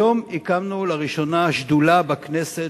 היום הקמנו לראשונה שדולה בכנסת